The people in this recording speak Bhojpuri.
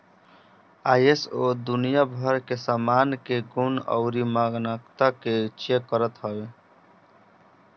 आई.एस.ओ दुनिया भर के सामान के गुण अउरी मानकता के चेक करत हवे